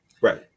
Right